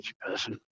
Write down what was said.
person